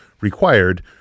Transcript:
required